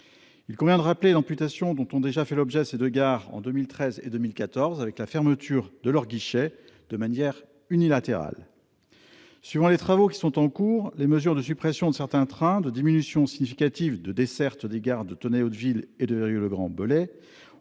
Il convient de rappeler l'amputation dont ont déjà fait l'objet ces deux gares en 2013 et en 2014, avec la fermeture de leurs guichets de manière unilatérale. En raison des travaux en cours, les mesures de suppression de certains trains, de diminution significative de desserte des gares de Tenay-Hauteville et de Virieu-le-Grand-Belley